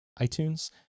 iTunes